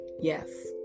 Yes